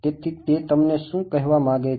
તેથી તે તમને શું કહેવા માંગે છે